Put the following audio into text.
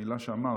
מהמילה שאמרת,